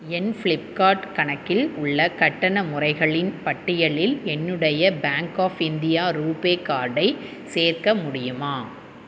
என் Flipkart கணக்கில் உள்ள கட்டண முறைகளின் பட்டியலில் என்னுடைய பேங்க் ஆஃப் இந்தியா ரூபே கார்டை சேர்க்க முடியுமா